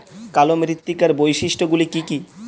কালো মৃত্তিকার বৈশিষ্ট্য গুলি কি কি?